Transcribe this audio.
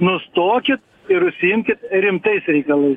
nustokit ir užsiimkit rimtais reikalais